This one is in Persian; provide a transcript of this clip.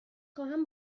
خواهم